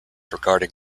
regarding